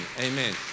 amen